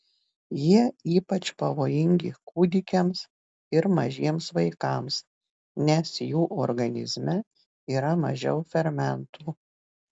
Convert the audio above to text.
jie ypač pavojingi kūdikiams ir mažiems vaikams nes jų organizme yra mažiau fermentų